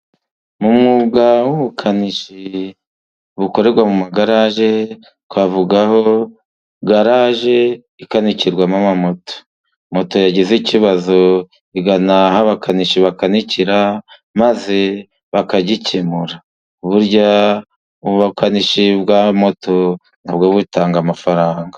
Mu mwuga w'ubukanishi bukorerwa mu magaraje, twavuga igaraje ikanikirwamo ama moto, Moto yagize ikibazo igana aho abakanishi bakanikira maze bakagikemura, burya ubukanishi bwa moto nabwo butanga amafaranga.